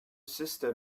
sister